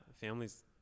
Families